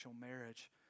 marriage